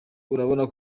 urabona